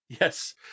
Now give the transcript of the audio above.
Yes